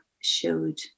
showed